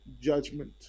judgment